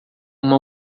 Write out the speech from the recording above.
uma